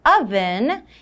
oven